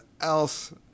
else